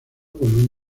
con